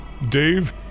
Dave